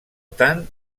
tant